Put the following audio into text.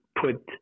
put –